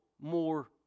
more